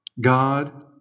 God